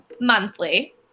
monthly